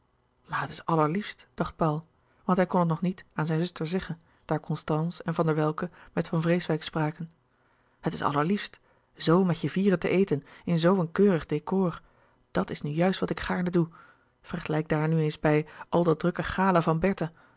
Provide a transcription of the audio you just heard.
het is allerliefst dacht paul want hij kon het nog niet aan zijne zuster zeggen daar constance en van der welcke met van vreeswijck spraken het is allerliefst zoo met je vieren te eten in zoo een keurig décor dat is nu juist wat ik gaarne doe vergelijk daar nu eens bij al dat drukke gala van bertha